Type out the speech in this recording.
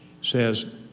says